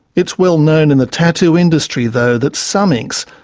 it's well known in the tattoo industry, though, that some inks,